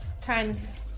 times